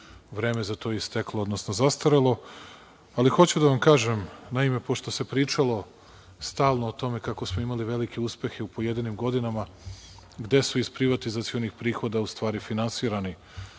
vreme za to isteklo, odnosno zastarelo. Hoću da vam kažem, naime, pošto se pričalo stalno o tome kako smo imali velike uspehe u pojedinim godinama gde su iz privatizacionih prihoda u stvari finansirani